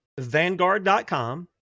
Vanguard.com